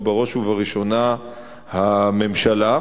ובראש וראשונה הממשלה,